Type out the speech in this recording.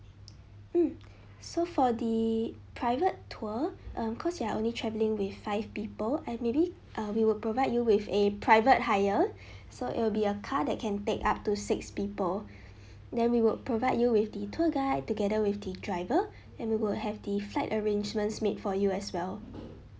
mm so for the private tour um cause you are only traveling with five people and maybe uh we will provide you with a private hire so it will be a car that can take up to six people then we will provide you with the tour guide together with the driver and we will have the flight arrangements made for you as well